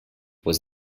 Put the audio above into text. was